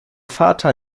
vater